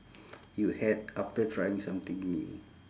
you had after trying something new